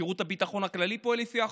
שירות הביטחון הכללי פועל לפי החוק,